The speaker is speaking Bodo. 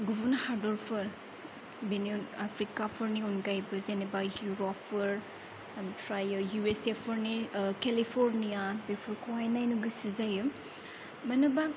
गुबुन हादरफोर बेनि आफ्रिकाफोरनि अनगायैबो जेनेबा इउरपफोर ओमफ्रायो इउ एस ए फोरनि केलिफर्निया बेफोरखौहाय नायनो गोसो जायो मानोबा